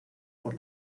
por